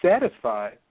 satisfied